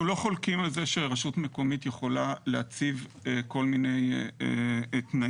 אנחנו לא חולקים על זה שרשות מקומית יכולה להציב כל מיני תנאים.